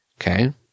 Okay